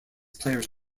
players